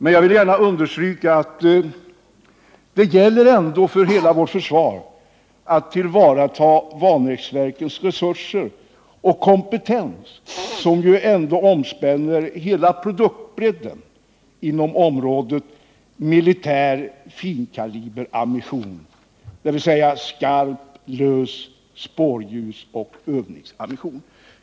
Men jag vill gärna understryka att det ändå gäller för hela vårt försvar att tillvarata Vanäsverkens resurser och kompetens, som ju omspänner hela produktbredden inom området militär finkalibrig ammunition, dvs. skarp och lös ammunition samt spårljusoch övningsammunition.